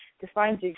defines